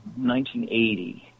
1980